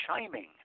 chiming